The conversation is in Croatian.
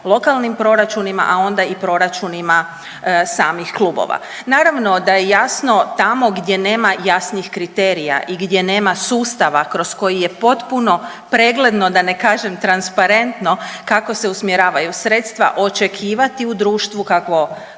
lokalnim proračunima, a onda i proračunima samih klubova. Naravno da je jasno tamo gdje nema jasnih kriterija i gdje nema sustava kroz koji je potpuno pregledno, da ne kažem transparentno kako se usmjeravaju sredstva, očekivati u društvu kakvo